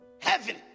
heaven